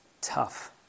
tough